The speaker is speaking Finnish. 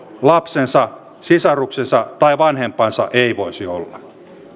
lapsensa sisaruksensa tai vanhempansa ei voisi olla